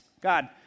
God